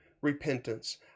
repentance